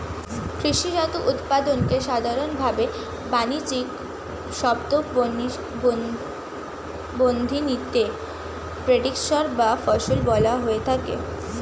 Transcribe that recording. কৃষিজাত উৎপাদনকে সাধারনভাবে বানিজ্যিক শব্দবন্ধনীতে প্রোডিউসর বা ফসল বলা হয়ে থাকে